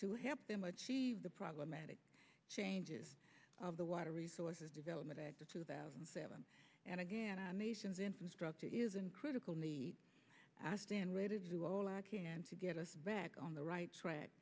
to help them achieve the problematic changes of the water resources development act of two thousand and seven and again our nation's infrastructure is in critical need i stand ready to do all i can to get us back on the right track